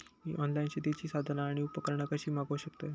मी online शेतीची साधना आणि उपकरणा कशी मागव शकतय?